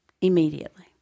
Immediately